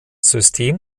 system